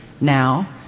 now